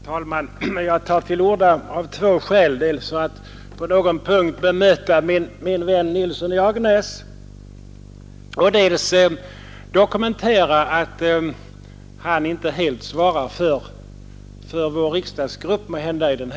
Herr talman! Jag tar till orda av två skäl: dels för att på någon punkt bemöta min vän herr Nilsson i Agnäs, dels för att dokumentera att han inte helt svarar för vår riksdagsgrupp i denna fråga.